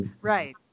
Right